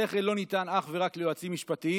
השכל לא ניתן אך ורק ליועצים משפטיים.